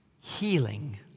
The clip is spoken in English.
healing